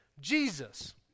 Jesus